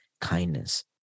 kindness